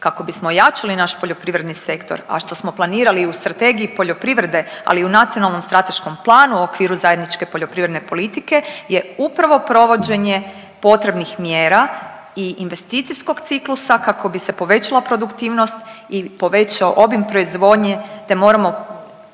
kako bismo ojačali naš poljoprivredni sektor, a što smo planirali i u strategiji poljoprivrede ali i u nacionalnom strateškom planu u okviru zajedničke poljoprivredne politike, je upravo provođenje potrebnih mjera i investicijskog ciklusa kako bi se povećala produktivnost i povećao obim proizvodnje te moramo